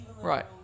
Right